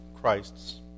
Christ's